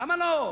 למה לא?